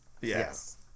Yes